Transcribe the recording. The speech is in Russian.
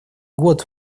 год